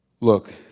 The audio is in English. Look